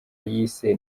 yise